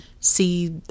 see